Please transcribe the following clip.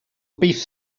beef